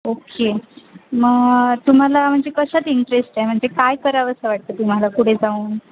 okay मग तुम्हाला म्हणजे कशात इंटरेस्ट आहे म्हणजे काय करावंसं वाटतं तुम्हाला पुढे जाऊन